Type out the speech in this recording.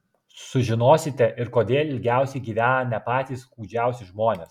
sužinosite ir kodėl ilgiausiai gyvena ne patys kūdžiausi žmonės